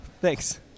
Thanks